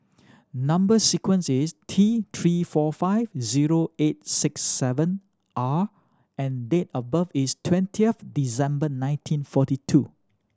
number sequence is T Three four five zero eight six seven R and date of birth is twentieth December nineteen forty two